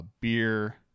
beer